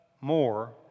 more